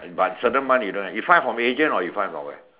by certain month you don't have you find from agent or you find from where